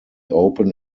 open